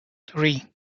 three